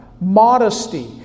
modesty